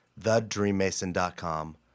TheDreamMason.com